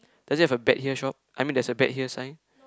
does it have a bet here shop I mean there's a bet here sign